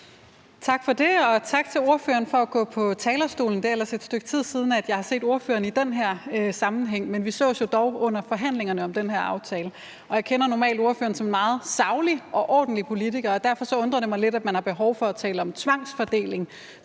Tak for det, og tak til ordføreren for at gå på talerstolen. Det er ellers et stykke tid siden, jeg har set ordføreren i den her sammenhæng, men vi sås jo dog under forhandlingerne om den her aftale. Jeg kender normalt ordføreren som en meget saglig og ordentlig politiker, og derfor undrer det mig lidt, at man har behov for at tale om tvangsfordeling,